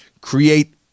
create